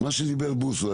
מה שדיבר בוסו.